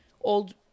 old